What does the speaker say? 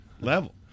level